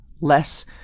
less